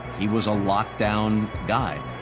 he was a lockdown guy.